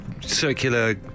circular